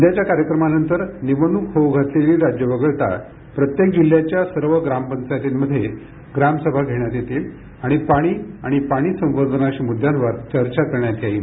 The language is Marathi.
उद्याच्या कार्यक्रमानंतर निवडणूक होऊ घातलेली राज्यं वगळता प्रत्येक जिल्हयाच्या सर्व ग्राम पंचायतींमध्ये ग्राम सभा घेण्यात येतील आणि पाणी आणि पाणी संवर्धनाशी मुद्यांवर चर्चा करण्यात येईल